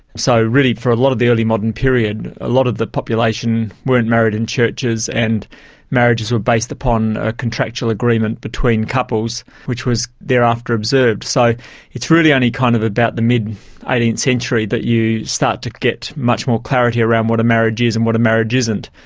so really for a lot of the early modern period, a lot of the population weren't married in churches and marriages were based upon a contractual agreement between couples which was thereafter observed. so it's really only kind of about the mid-eighteenth century that you start to get much more clarity around what a marriage is and what a marriage isn't.